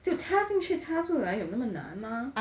就插进去插出来有那么难吗 and